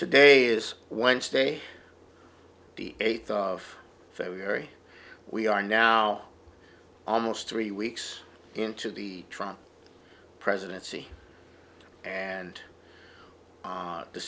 today is wednesday the eighth of february we are now almost three weeks into the trump presidency and